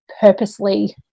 purposely